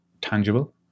tangible